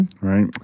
Right